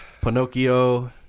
Pinocchio